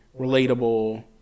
relatable